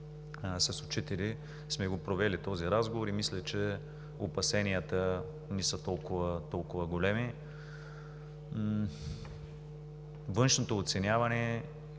с учители, сме провели този разговор и мисля, че опасенията не са толкова големи. Външното оценяване